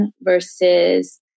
versus